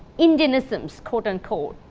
indianisms, quote unquote,